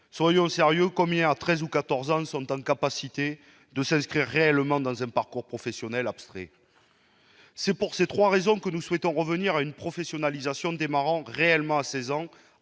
jeunes sont capables, à 13 ou à 14 ans, de s'inscrire réellement dans un parcours professionnel abstrait ? C'est pour ces trois raisons que nous souhaitons revenir à une professionnalisation démarrant réellement à 16 ans,